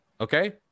okay